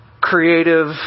creative